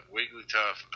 Wigglytuff